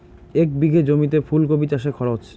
এক বিঘে জমিতে ফুলকপি চাষে খরচ?